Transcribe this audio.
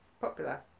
popular